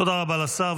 תודה רבה לשר.